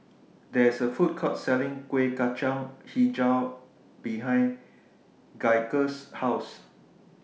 There IS A Food Court Selling Kuih Kacang Hijau behind Gaige's House